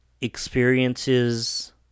experiences